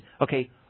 Okay